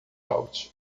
out